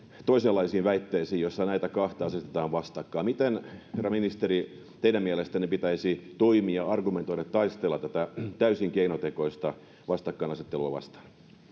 toisenlaisiin väitteisiin joissa näitä kahta asetetaan vastakkain miten herra ministeri teidän mielestänne pitäisi toimia argumentoida ja taistella tätä täysin keinotekoista vastakkainasettelua vastaan